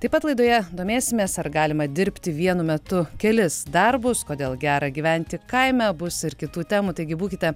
taip pat laidoje domėsimės ar galima dirbti vienu metu kelis darbus kodėl gera gyventi kaime bus ir kitų temų taigi būkite